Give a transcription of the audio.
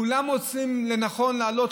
כולם מוצאים לנכון להעלות.